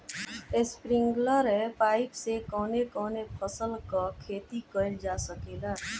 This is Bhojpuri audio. स्प्रिंगलर पाइप से कवने कवने फसल क खेती कइल जा सकेला?